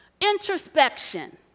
introspection